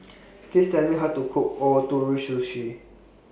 Please Tell Me How to Cook Ootoro Sushi